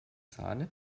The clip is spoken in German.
sahne